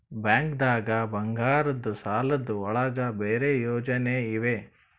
ಬ್ಯಾಂಕ್ದಾಗ ಬಂಗಾರದ್ ಸಾಲದ್ ಒಳಗ್ ಬೇರೆ ಯೋಜನೆ ಇವೆ?